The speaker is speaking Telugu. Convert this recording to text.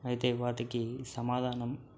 అయితే వాటికి సమాధానం